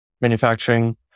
manufacturing